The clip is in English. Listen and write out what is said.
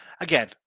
again